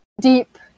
Deep